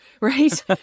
right